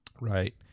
right